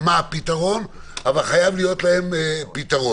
מה הפתרון, אבל חייב להיות להן פתרון.